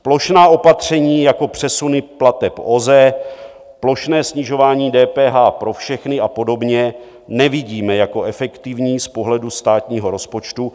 Plošná opatření jako přesuny plateb OZE, plošné snižování DPH pro všechny a podobně nevidíme jako efektivní z pohledu státního rozpočtu.